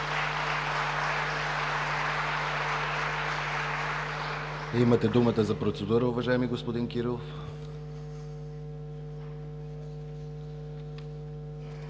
Имате думата за процедура, уважаеми господин Кирилов.